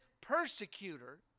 persecutor